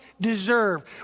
deserve